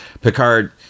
Picard